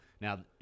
Now